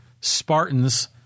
Spartans